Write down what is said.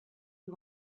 you